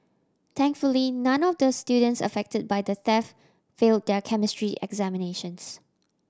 thankfully none of the students affected by the theft fail their Chemistry examinations